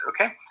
Okay